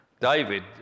David